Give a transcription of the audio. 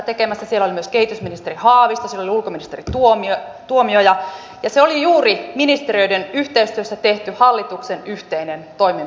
siellä oli myös kehitysministeri haavisto siellä oli ulkoministeri tuomioja ja se oli juuri ministeriöiden yhteistyössä tehty hallituksen yhteinen toimintaohjelma